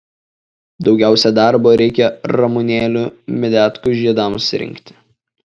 daugiausiai darbo reikia ramunėlių medetkų žiedams rinkti